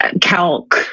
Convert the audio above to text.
Calc